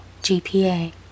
GPA